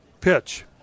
pitch